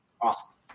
Awesome